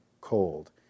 cold